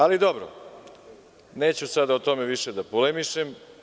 Ali dobro, neću sada o tome više da polemišem.